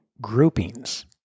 groupings